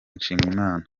nshimiyimana